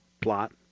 plot